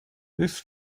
this